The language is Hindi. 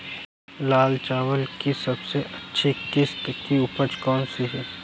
लाल चावल की सबसे अच्छी किश्त की उपज कौन सी है?